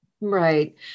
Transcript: Right